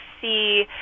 see